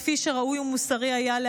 כפי שהיה ראוי ומוסרי לעשות.